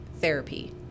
therapy